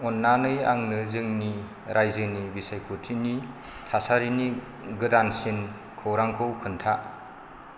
अननानै आंनो जोंनि राइजोनि बिसायख'थिनि थासारिनि गोदानसिन खौरांखौ खोन्था